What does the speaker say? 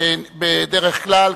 שבדרך כלל,